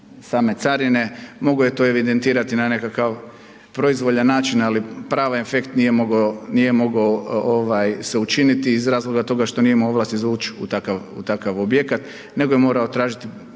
same carine, mogo je to evidentirati na nekakav proizvoljan način ali prava infekt nije mogao, nije mogao ovaj se učiniti iz razloga toga što nije imao ovlasti za uć u takav, u takav objekat, nego je morao tražiti